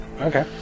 Okay